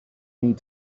need